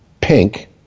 Pink